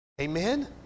Amen